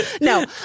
No